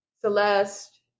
Celeste